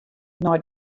nei